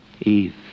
Eve